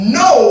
no